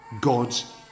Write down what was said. God's